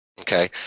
okay